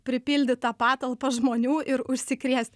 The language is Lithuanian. pripildytą patalpą žmonių ir užsikrėst